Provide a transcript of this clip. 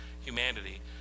humanity